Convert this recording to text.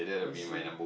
I see